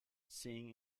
seeing